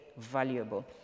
valuable